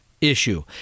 issue